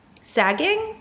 sagging